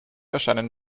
erscheinen